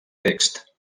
text